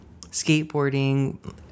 Skateboarding